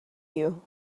you